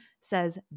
says